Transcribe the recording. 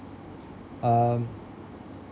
um